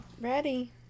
Ready